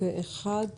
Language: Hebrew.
הצבעה אושרה.